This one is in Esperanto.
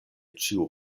ĉiu